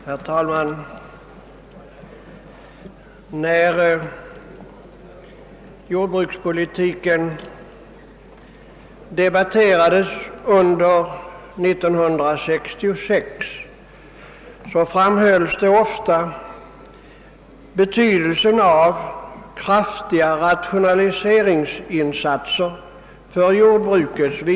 Herr talman! När jordbrukspolitiken debatterades under 1966 framhölls ofta betydelsen av kraftiga rationaliseringsinsatser inom jordbruket.